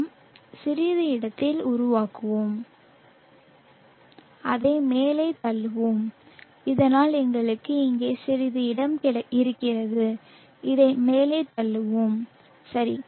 நாம் சிறிது இடத்தை உருவாக்குவோம் அதை மேலே தள்ளுவோம் இதனால் எங்களுக்கு இங்கே சிறிது இடம் இருக்கிறது இதை மேலே தள்ளுவோம் சரி